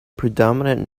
predominant